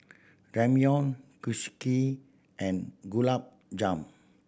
Ramyeon Kushiyaki and Gulab Jamun